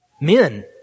Men